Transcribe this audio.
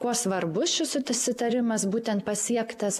kuo svarbus šis susitarimas būtent pasiektas